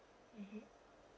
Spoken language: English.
mmhmm